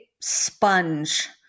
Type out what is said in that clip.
sponge